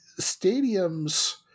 stadiums